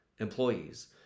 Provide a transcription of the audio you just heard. employees